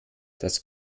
das